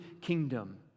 kingdom